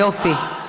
יופי.